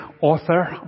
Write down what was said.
author